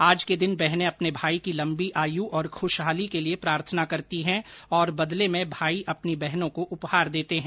आज के दिन बहने अपने भाई की लम्बी आयु और खुशहाली के लिए प्रार्थना करती हैं और बदले में भाई अपनी बहनों को उपहार देते हैं